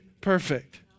perfect